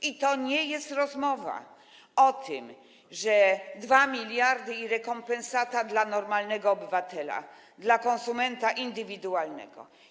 I to nie jest rozmowa o tym, że 2 mld i rekompensata dla normalnego obywatela, dla konsumenta indywidualnego.